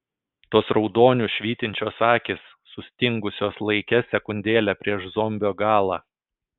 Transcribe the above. tos raudoniu švytinčios akys sustingusios laike sekundėlę prieš zombio galą